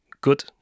good